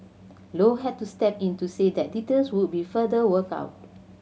low had to step in to say that details would be further worked out